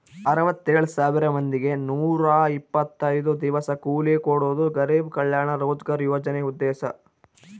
ಅರವತ್ತೆಳ್ ಸಾವಿರ ಮಂದಿಗೆ ನೂರ ಇಪ್ಪತ್ತೈದು ದಿವಸ ಕೂಲಿ ಕೊಡೋದು ಗರಿಬ್ ಕಲ್ಯಾಣ ರೋಜ್ಗರ್ ಯೋಜನೆ ಉದ್ದೇಶ